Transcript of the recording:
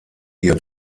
ihr